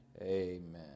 Amen